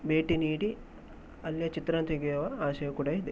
ಭೇಟಿ ನೀಡಿ ಅಲ್ಲಿಯ ಚಿತ್ರಾನ ತೆಗೆಯುವ ಆಸೆಯೂ ಕೂಡ ಇದೆ